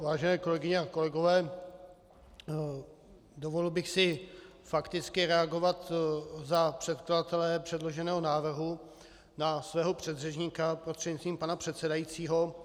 Vážené kolegyně a kolegové, dovolil bych si fakticky reagovat za předkladatele předloženého návrhu na svého předřečníka prostřednictvím pana předsedajícího.